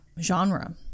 genre